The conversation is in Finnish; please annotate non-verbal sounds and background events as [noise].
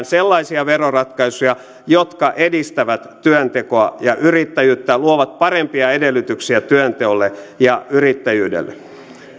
[unintelligible] sellaisia veroratkaisuja jotka edistävät työntekoa ja yrittäjyyttä luovat parempia edellytyksiä työnteolle ja yrittäjyydelle